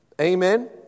Amen